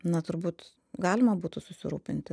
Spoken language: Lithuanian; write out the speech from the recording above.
na turbūt galima būtų susirūpinti